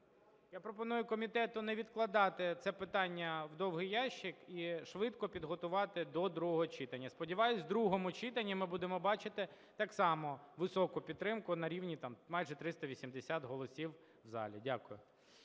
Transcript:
Я пропоную комітету не відкладати це питання в довгий ящик і швидко підготувати до другого читання. Сподіваюся, в другому читанні ми будемо бачити так само високу підтримку, на рівні майже 380 голосів, в залі. Дякую.